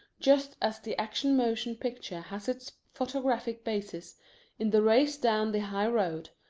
just as the action motion picture has its photographic basis in the race down the high-road,